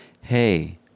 hey